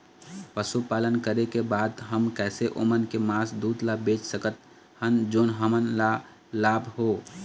पशुपालन करें के बाद हम कैसे ओमन के मास, दूध ला बेच सकत हन जोन हमन ला लाभ हो?